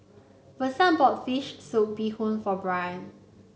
Versa bought fish soup Bee Hoon for Brian